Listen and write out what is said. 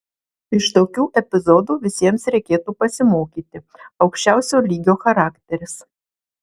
iš tokių epizodų visiems reikėtų pasimokyti aukščiausio lygio charakteris